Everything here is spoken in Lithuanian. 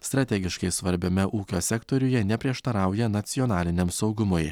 strategiškai svarbiame ūkio sektoriuje neprieštarauja nacionaliniam saugumui